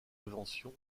prévention